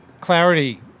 clarity